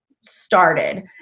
started